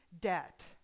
debt